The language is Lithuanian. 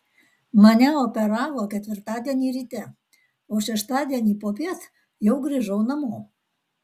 mane operavo ketvirtadienį ryte o šeštadienį popiet jau grįžau namo